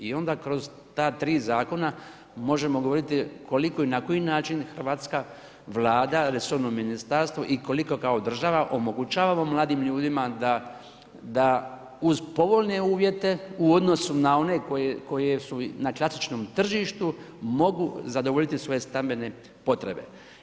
I onda kroz ta tri zakona možemo govoriti koliko i na koji način hrvatska Vlada, resorno ministarstvo i koliko kao država omogućavamo mladim ljudima da uz povoljne uvjete u odnosu na one koje su na klasičnom tržištu mogu zadovoljiti svoje stambene potrebe.